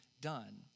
done